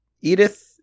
Edith